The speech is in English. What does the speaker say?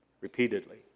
repeatedly